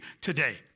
today